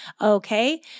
Okay